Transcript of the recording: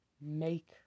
make